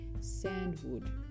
sandwood